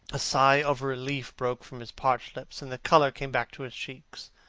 a sigh of relief broke from his parched lips, and the colour came back to his cheeks.